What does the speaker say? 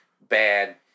bad